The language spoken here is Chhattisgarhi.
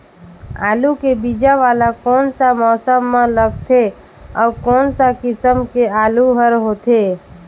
आलू के बीजा वाला कोन सा मौसम म लगथे अउ कोन सा किसम के आलू हर होथे?